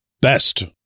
best